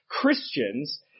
Christians